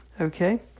Okay